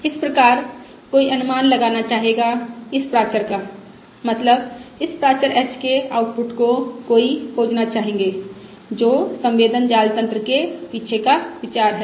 इस प्रकार कोई अनुमान लगाना चाहेगा इस प्राचर का मतलब इस प्राचर h के निर्गतको कोई खोजना चाहेंगे जो संवेदन जाल तन्त्र के पीछे का विचार है